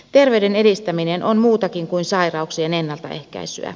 terveyden edistäminen on muutakin kuin sairauksien ennaltaehkäisyä